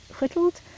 whittled